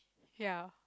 ya